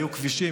יהיו כבישים,